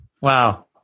Wow